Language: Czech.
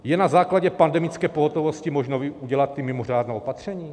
Je na základě pandemické pohotovosti možno udělat ta mimořádná opatření?